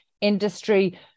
industry